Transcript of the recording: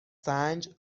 سنج